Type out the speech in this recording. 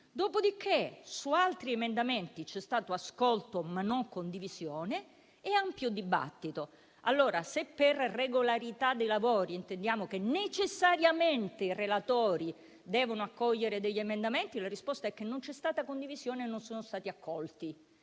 infine, su altri emendamenti ci sono stati ascolto, ma non condivisione, e ampio dibattito. Allora, se per regolarità dei lavori intendiamo che necessariamente i relatori devono accogliere alcuni emendamenti, la risposta è che non c'è stata condivisione e non sono stati accolti.